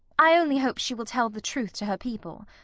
i only hope she will tell the truth to her people.